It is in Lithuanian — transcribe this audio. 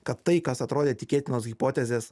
kad tai kas atrodė tikėtinos hipotezės